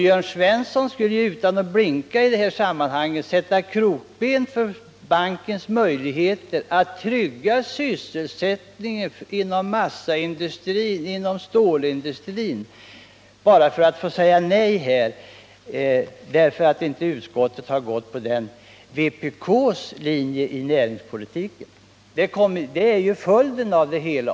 Jörn Svensson skulle utan att blinka vilja sätta krokben för bankens möjligheter att trygga sysselsättningen inom massaindustrin och stålindustrin bara därför att utskottet inte gått på vpk:s linje i näringspolitiken. Det är följden av det hela.